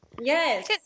Yes